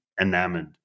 enamored